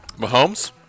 Mahomes